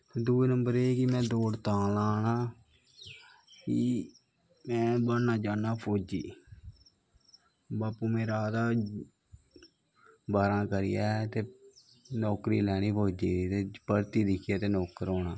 दुए नंबर एह् ऐ कि में दौड़ तां ला ना कि में बनना चाह्नू फौजी बापू मेरा आखदा बारां करियै ते नौकर होना ते नौकरी लैनी फौजी दी